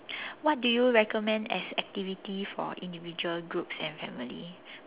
what do you recommend as activity for individual groups and family